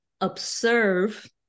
observe